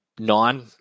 Nine